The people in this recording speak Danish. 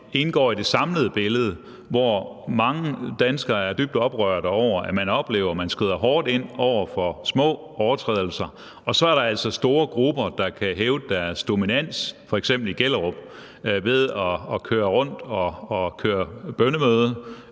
indgår i det samlede billede, hvor mange danskere er dybt oprørte over at opleve, at man skrider hårdt ind over for små overtrædelser, mens der så er store grupper, der kan hævde deres dominans, f.eks. i Gellerup, ved at køre rundt, holde bønnemøder